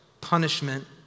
punishment